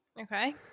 Okay